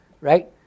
Right